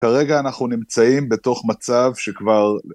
כרגע אנחנו נמצאים בתוך מצב שכבר...